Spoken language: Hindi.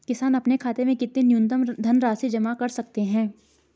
किसान अपने खाते में कितनी न्यूनतम धनराशि जमा रख सकते हैं?